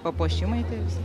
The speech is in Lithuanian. papuošimai tie visi